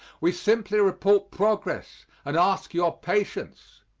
we simply report progress, and ask your patience.